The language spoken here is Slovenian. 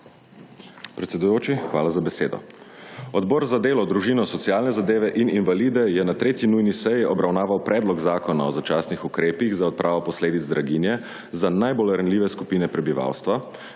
Predsedujoči, hvala za besedo. Odbor za delo, družino, socialne zadeve in invalide je na 3. nujni seji obravnaval Predlog zakona o začasnih ukrepih za odpravo posledic draginje za najbolj ranljive skupine prebivalstva,